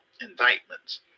indictments